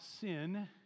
sin